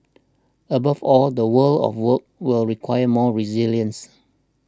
above all the world of work will require more resilience